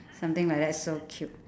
something like that so cute